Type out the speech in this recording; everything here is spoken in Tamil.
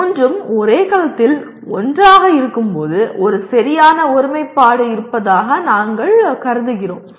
மூன்றும் ஒரே கலத்தில் ஒன்றாக இருக்கும்போது ஒரு சரியான ஒருமைப்பாடு இருப்பதாக நாங்கள் கருதுகிறோம்